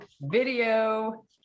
video